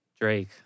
Drake